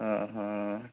অ অ